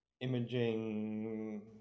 imaging